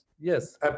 Yes